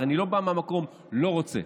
אני לא בא מהמקום של לא רוצה.